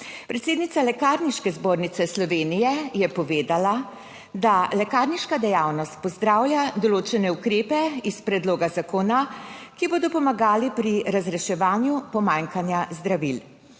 Predsednica Lekarniške zbornice Slovenije je povedala, da lekarniška dejavnost pozdravlja določene ukrepe iz predloga zakona, ki bodo pomagali pri razreševanju pomanjkanja zdravil